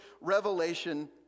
revelation